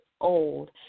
old